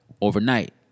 overnight